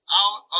out